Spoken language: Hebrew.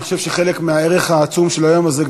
אני חושב שחלק מהערך העצום של היום הזה,